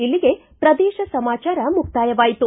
ಇಲ್ಲಿಗೆ ಪ್ರದೇಶ ಸಮಾಚಾರ ಮುಕ್ತಾಯವಾಯಿತು